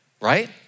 right